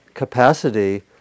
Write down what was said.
capacity